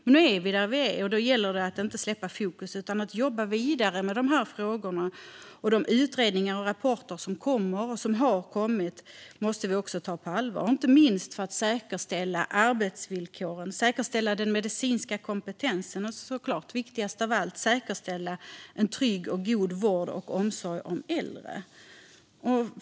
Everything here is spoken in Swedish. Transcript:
Men nu är vi där vi är, och då gäller det att inte släppa fokus utan att jobba vidare med de här frågorna. De utredningar och rapporter som kommer, och som redan har kommit, måste vi också ta på allvar, inte minst för att säkerställa arbetsvillkor, medicinsk kompetens och, viktigast av allt, en trygg och god vård och omsorg av äldre.